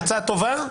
עצה טובה,